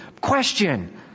question